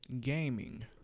gaming